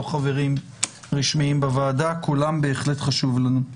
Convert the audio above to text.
חברים רשמיים בוועדה כולם בהחלט חשובים לנו.